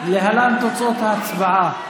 להלן תוצאות ההצבעה: